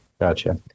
Gotcha